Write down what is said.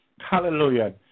Hallelujah